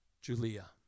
Julia